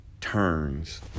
turns